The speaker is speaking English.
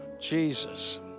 Jesus